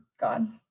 God